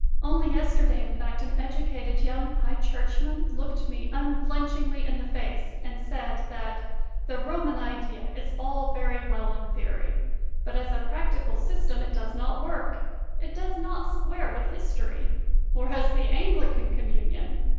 only yesterday, in fact, an educated young high churchman looked me unblenchingly in the face and said that the roman idea is all very well in theory but as a practical system it does not work it does not square with history whereas the anglican communion!